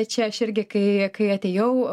čia aš irgi kai kai atėjau